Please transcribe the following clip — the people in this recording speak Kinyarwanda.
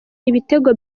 ibitego